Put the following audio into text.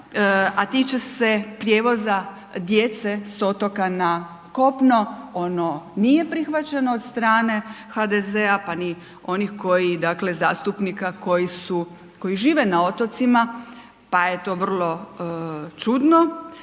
a tiče se prijevoza djece sa otoka na kopno, ono nije prihvaćeno od strane HDZ-a pa ni onih koji dakle zastupnika koji su, koji žive na otocima pa je to vrlo čudno,